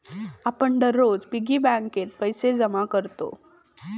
आपण दररोज पिग्गी बँकेत पैसे जमा करतव